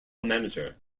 manager